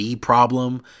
problem